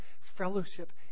fellowship